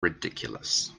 ridiculous